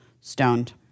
stoned